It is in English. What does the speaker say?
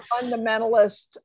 fundamentalist